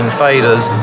faders